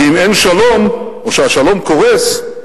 כי אם אין שלום או שהשלום קורס,